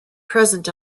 present